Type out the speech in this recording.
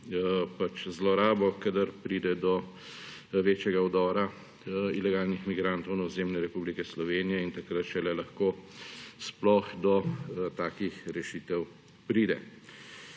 zlorabo, kadar pride do večjega vdora ilegalnih migrantov na ozemlje Republike Slovenije in takrat šele lahko sploh do takih rešitev pride.